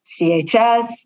CHS